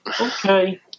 Okay